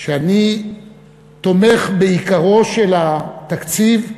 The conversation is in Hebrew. שאני תומך בעיקרו של התקציב,